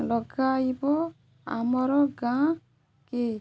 ଲଗାଇବ ଆମର ଗାଁକେ